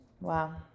Wow